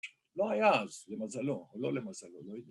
‫לא היה אז, למזלו. ‫לא למזלו, לא יודע.